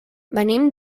venim